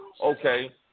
Okay